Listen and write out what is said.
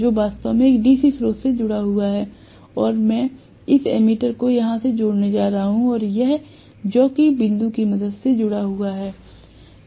जो वास्तव में एक डीसी स्रोत से जुड़ा हुआ है और मैं इस एमीटर को यहां से जोड़ने जा रहा हूं और यह जॉकी बिंदु की मदद से जुड़ा होने जा रहा है